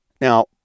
Now